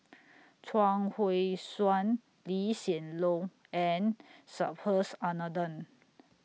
Chuang Hui Tsuan Lee Hsien Loong and Subhas Anandan